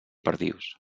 perdius